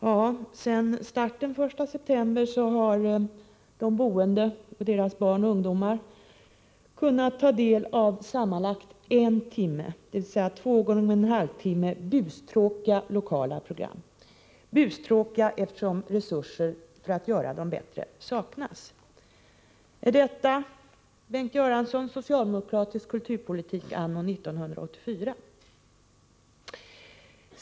Ja, sedan starten den 1 september har de boende, deras barn och ungdomar kunnat ta del av sammanlagt en timme — dvs. två gånger en halvtimme — bustråkiga lokala program, bustråkiga eftersom resurser för att göra dem bättre saknas. Är detta, Bengt Göransson, socialdemokratisk kulturpolitik anno 1984?